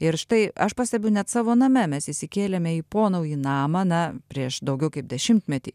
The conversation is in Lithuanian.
ir štai aš pastebiu net savo name mes įsikėlėme į pononaujį namą na prieš daugiau kaip dešimtmetį